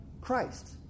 Christ